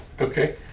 Okay